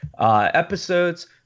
episodes